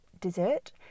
dessert